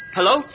Hello